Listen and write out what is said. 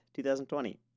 2020